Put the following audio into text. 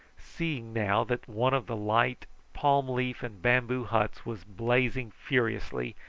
seeing now that one of the light palm-leaf and bamboo huts was blazing furiously,